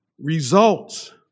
results